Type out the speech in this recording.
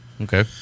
Okay